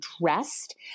dressed